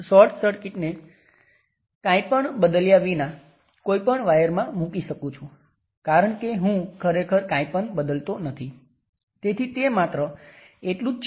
તમે જુઓ છો કે ત્યાં 1 કિલો Ω અને 4 કિલો Ω પેરેલલ છે